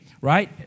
right